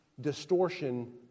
distortion